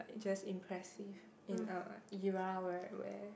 just impressive in a era where where